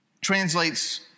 translates